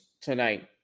tonight